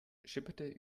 schipperte